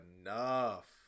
enough